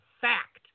fact